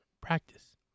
Practice